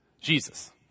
Jesus